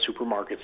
supermarkets